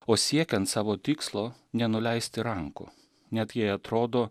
o siekiant savo tikslo nenuleisti rankų net jei atrodo